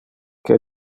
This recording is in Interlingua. que